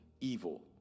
evil